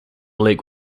league